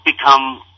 become